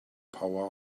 power